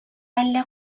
әллә